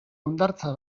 hondartza